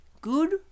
good